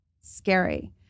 scary